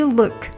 look